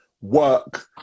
work